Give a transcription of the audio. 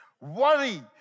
worry